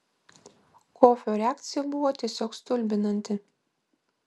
kofio reakcija buvo tiesiog stulbinanti